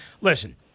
Listen